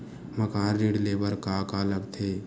मकान ऋण ले बर का का लगथे?